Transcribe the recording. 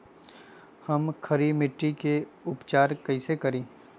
हम खड़ी मिट्टी के उपचार कईसे करी?